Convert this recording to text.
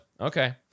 Okay